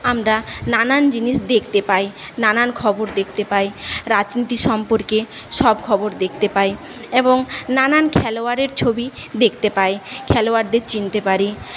আমরা নানান জিনিস দেখতে পাই নানান খবর দেখতে পাই রাজনীতি সম্পর্কে সব খবর দেখতে পাই এবং নানান খেলোয়াড়ের ছবি দেখতে পাই খেলোয়াড়দের চিনতে পারি